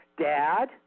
dad